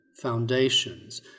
foundations